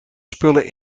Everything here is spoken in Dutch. spullen